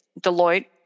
Deloitte